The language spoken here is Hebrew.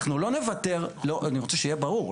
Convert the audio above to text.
אנחנו לא נוותר, לא, אני רוצה שיהיה ברור.